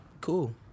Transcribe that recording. Cool